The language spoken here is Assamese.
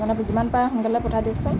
যিমান পাৰে সোনকালে পঠাই দিয়কচোন